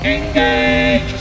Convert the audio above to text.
Engage